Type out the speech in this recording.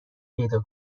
پیدا